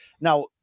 Now